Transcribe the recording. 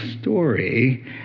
story